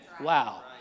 Wow